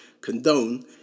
condone